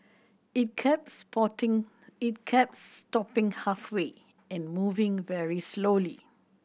it kept sporting it kept stopping halfway and moving very slowly